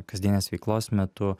kasdienės veiklos metu